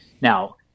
Now